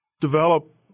develop